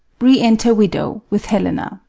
re-enter widow with helena